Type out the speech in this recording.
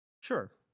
Sure